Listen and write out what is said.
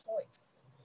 choice